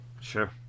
Sure